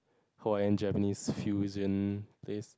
Hawaiian Japanese fusion place